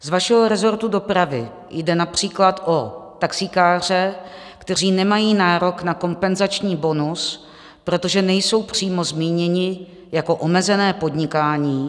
Z vašeho resortu dopravy jde např. o taxikáře, kteří nemají nárok na kompenzační bonus, protože nejsou přímo zmíněni jako omezené podnikání.